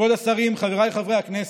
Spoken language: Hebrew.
כבוד השרים, חבריי חברי הכנסת,